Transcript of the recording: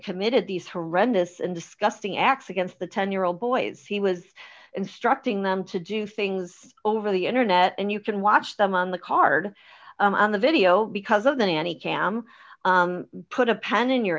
committed these horrendous and disgusting acts against the ten year old boys he was instructing them to do things over the internet and you can watch them on the card on the video because of the nanny cam put a pen in your